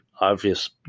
obvious